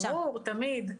ברור, תמיד.